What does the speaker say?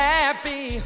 happy